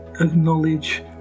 acknowledge